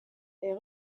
est